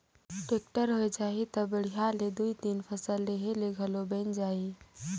tractor होए जाही त बड़िहा ले दुइ तीन फसल लेहे ले घलो बइन जाही